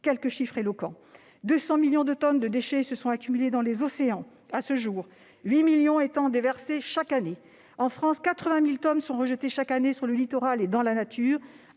quelques chiffres éloquents : 200 millions de tonnes de déchets de plastique se sont accumulées dans les océans à ce jour, 8 millions étant déversés chaque année. En France, 80 000 tonnes sont rejetées chaque année sur le littoral et dans la nature.